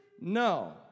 No